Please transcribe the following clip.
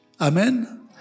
Amen